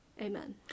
amen